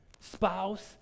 spouse